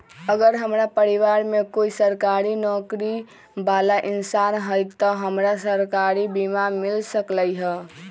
अगर हमरा परिवार में कोई सरकारी नौकरी बाला इंसान हई त हमरा सरकारी बीमा मिल सकलई ह?